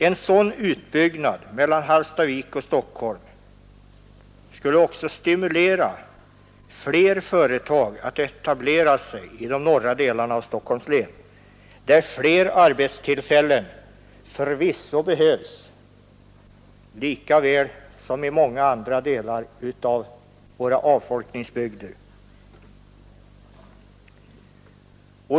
En sådan utbyggnad mellan Hallstavik och Stockholm skulle också stimulera fler företag att etablera sig i de norra delarna av Stockholms län, där fler arbetstillfällen förvisso behövs, lika väl som i många andra delar av våra avfolkningsbygder.